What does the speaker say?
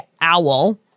owl